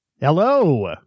Hello